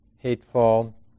hateful